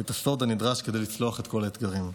את הסוד הנדרש כדי לצלוח את כל האתגרים.